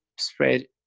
spread